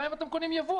גם אם אתם קונים יבוא,